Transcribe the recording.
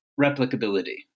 replicability